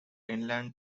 inland